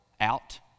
out